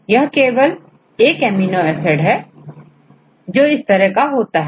यह केवल 1 amino acid है जो इस तरह का होता है